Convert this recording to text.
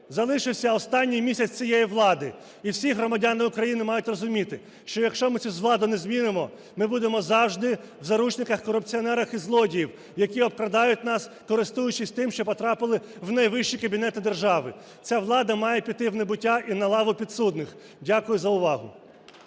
залишився останні місяць цієї влади, і всі громадяни України мають розуміти, що якщо ми цю владу не змінимо, ми будемо завжди в заручниках корупціонерів і злодіїв, які обкрадають нас, користуючись тим, що потрапили в найвищі кабінети держави. Ця влада має піти в небуття і на лаву підсудних. Дякую за увагу.